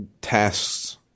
tasks